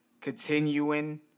continuing